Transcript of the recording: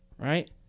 Right